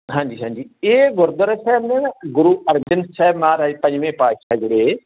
ਹਾਂਜੀ ਹਾਂਜੀ ਇਹ ਗੁਰਦੁਆਰਾ ਸਾਹਿਬ ਨਾ ਗੁਰੂ ਅਰਜਨ ਸਾਹਿਬ ਮਹਾਰਾਜ ਪੰਜਵੇਂ ਪਾਤਸ਼ਾਹ ਜਿਹੜੇ